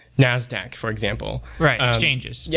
nasdaq, for example. right. exchanges. yeah